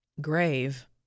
grave